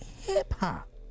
hip-hop